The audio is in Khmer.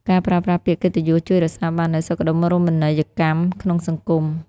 ការប្រើប្រាស់ពាក្យកិត្តិយសជួយរក្សាបាននូវសុខដុមរមណីយកម្មក្នុងសង្គម។